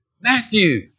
Matthew